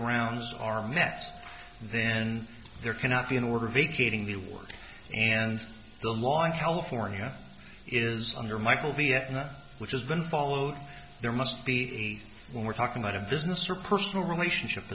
grounds are met then there cannot be an order vacating the award and the long held formula is under michael vietnam which has been followed there must be a when we're talking out of business or personal relationship